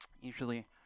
usually